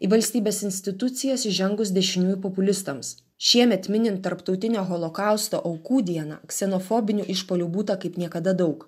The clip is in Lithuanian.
į valstybės institucijas įžengus dešiniųjų populistams šiemet minint tarptautinę holokausto aukų dieną ksenofobinių išpuolių būta kaip niekada daug